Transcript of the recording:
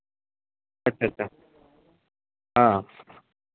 अच्छा अच्छा हाँ